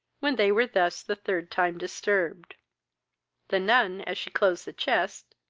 when they were thus the third time disturbed the nun, as she closed the chest,